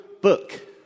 book